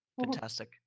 Fantastic